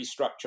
restructure